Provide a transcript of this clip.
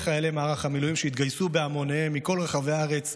חיילי מערך המילואים שהתגייסו בהמוניהם מכל רחבי הארץ,